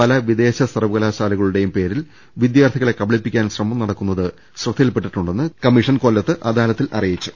പല വിദേശ സർവകലാശാലയുടെയും പേരിൽ വിദ്യാർഥികളെ കബളിപ്പിക്കാൻ ശ്രമം നടക്കുന്നത് ശ്രദ്ധ യിൽപെട്ടിട്ടുണ്ടെന്ന് കമ്മീഷൻ അദാലത്തിൽ അറിയിച്ചു